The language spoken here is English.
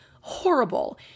horrible